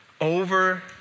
Over